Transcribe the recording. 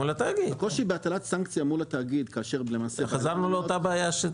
הקושי בהטלת סנקציה מול התאגיד כאשר -- אז חזרנו לאותה בעיה.